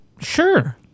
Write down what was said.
Sure